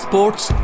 Sports